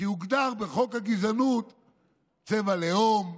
כי הגזענות הוגדרה בחוק צבע, לאום,